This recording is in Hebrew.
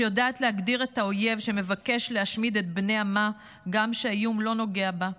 שיודעת להגדיר את האויב שמבקש להשמיד את בני עמה גם כשהאיום לא נוגע בה.